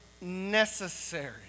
necessary